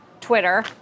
Twitter